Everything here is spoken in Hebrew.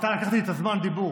אתה לקחת לי את זמן הדיבור.